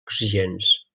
exigents